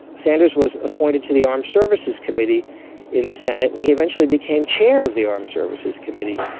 sanders was appointed to the armed services committee in the senate and he eventually became chair of the armed services committee.